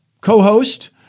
co-host